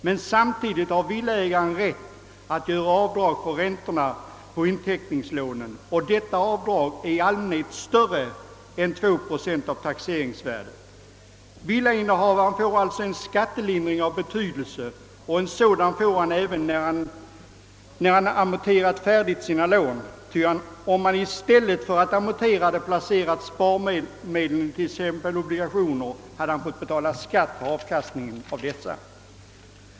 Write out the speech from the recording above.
Men samtidigt har villaägaren rätt att göra avdrag för ränta på inteckningslånen, och detta avdrag är i allmänhet större än 2 procent av taxeringsvärdet. Villainnehavaren får alltså en skattelindring av betydelse. En sådan får han även när lånen är färdigamorterade, ty om han i stället för att amortera hade sparat och placerat pengar i t.ex. obligationer, hade han fått betala skatt på avkastningen.